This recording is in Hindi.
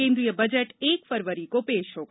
केन्द्रीय बजट एक फरवरी को पेश होगा